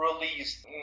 released